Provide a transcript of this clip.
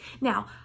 Now